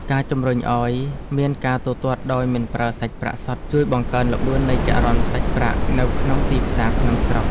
ការជំរុញឱ្យមានការទូទាត់ដោយមិនប្រើសាច់ប្រាក់សុទ្ធជួយបង្កើនល្បឿននៃចរន្តសាច់ប្រាក់នៅក្នុងទីផ្សារក្នុងស្រុក។